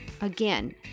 Again